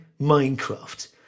Minecraft